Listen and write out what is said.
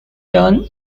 turn